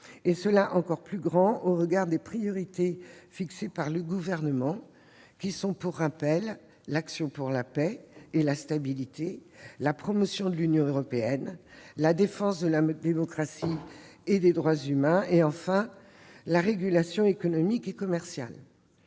et ce encore plus au regard des priorités fixées par le Gouvernement, que je rappelle : l'action pour la paix et la stabilité, la promotion de l'Union européenne, la défense de la démocratie et des droits humains, et, enfin, la régulation économique et commerciale.